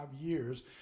years